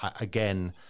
again